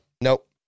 Nope